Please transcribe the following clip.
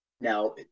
now